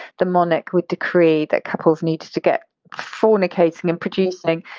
the monarch would decree that couples need to get fornicating and producing.